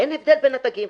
אין הבדל בין התגים.